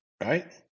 Right